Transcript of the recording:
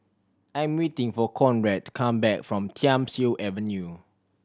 I'm waiting for Conrad to come back from Thiam Siew Avenue